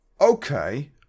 okay